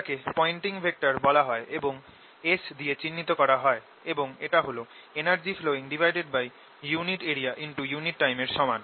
এটাকে Poynting vector বলা হয় এবং S দিয়ে চিহ্নিত করা হয় এবং এটা হল energy flowingunit area unit time এর সমান